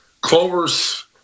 clovers